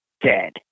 dead